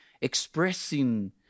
expressing